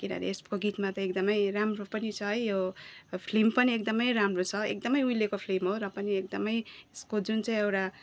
किनभने यसको गीतमा चाहिँ एकदमै राम्रो पनि छ है यो फिल्म पनि एकदमै राम्रो छ एकदमै उहिलेको फिल्म हो र पनि एकदमै यसको जुन चाहिँ एउटा